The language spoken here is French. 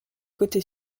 côté